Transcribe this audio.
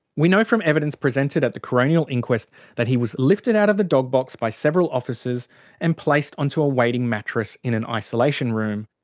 we know from evidence presented at the coronial inquest that he was lifted out of the dog box by several officers and placed on to a waiting mattress in an isolation room.